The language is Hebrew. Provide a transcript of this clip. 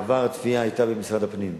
בעבר התביעה היתה במשרד הפנים,